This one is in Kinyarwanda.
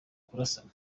kurasana